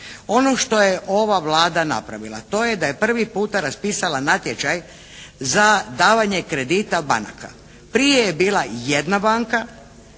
Ono što je ova Vlada napravila, to je da je prvi puta raspisala natječaj za davanje kredita banaka. Prije je bila jedna banka